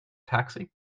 taxi